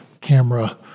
camera